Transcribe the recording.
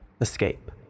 Escape